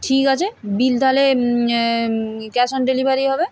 ঠিক আছে বিল তালে ক্যাশ অন ডেলিভারি হবে